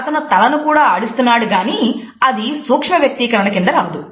అతను తలను కూడా ఆడిస్తున్నాడు కానీ అది సూక్ష్మ వ్యక్తీకరణ కింద రాదు